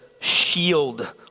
shield